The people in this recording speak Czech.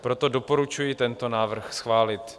Proto doporučuji tento návrh schválit.